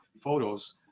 photos